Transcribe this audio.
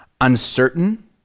uncertain